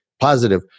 positive